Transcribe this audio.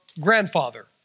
grandfather